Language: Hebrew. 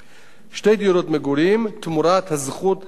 מגורים תמורת הזכות הנמכרת,